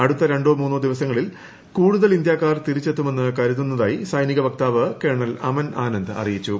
അടുത്ത രണ്ടോ മൂന്നോ ദിവസങ്ങളിൽ കൂടുതൽ ഇന്ത്യക്കാർ തിരിച്ചെത്തുമെന്ന് കരുതുന്നതായി സൈനിക വക്താവ് കേണൽ അമൻ ആനന്ദ് അറിയിച്ചു